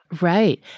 Right